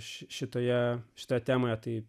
šitoje šitoje temoje taip